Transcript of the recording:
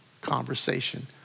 conversation